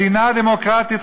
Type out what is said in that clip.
מדינה דמוקרטית,